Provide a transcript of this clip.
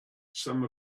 some